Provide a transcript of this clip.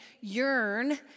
yearn